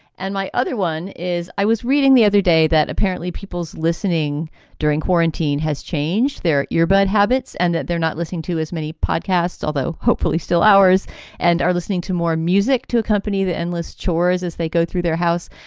and my other one is i was reading the other day that apparently people's listening during quarantine has changed their earbud habits and that they're not listening to as many podcasts, although hopefully still hours and are listening to more music to accompany the endless chores as they go through their house.